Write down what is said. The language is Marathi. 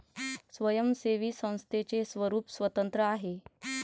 स्वयंसेवी संस्थेचे स्वरूप स्वतंत्र आहे